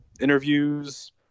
interviews